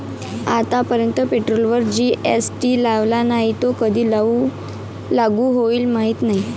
आतापर्यंत पेट्रोलवर जी.एस.टी लावला नाही, तो कधी लागू होईल माहीत नाही